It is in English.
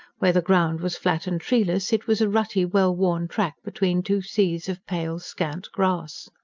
where the ground was flat and treeless, it was a rutty, well-worn track between two seas of pale, scant grass.